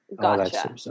Gotcha